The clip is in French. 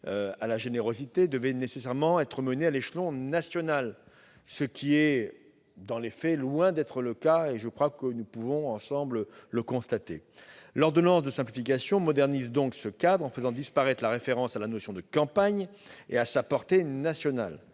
à la générosité devaient nécessairement être menées à l'échelon national, ce qui, dans les faits, est loin d'être le cas, comme nous le constatons tous. L'ordonnance de simplification modernise donc ce cadre en faisant disparaître la référence à la notion de campagne et à sa portée nationale.